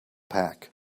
pack